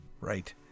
Right